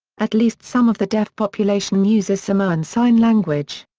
at least some of the deaf population uses samoan sign language.